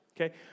okay